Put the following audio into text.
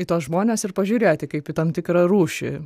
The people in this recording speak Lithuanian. į tuos žmones ir pažiūrėti kaip į tam tikrą rūšį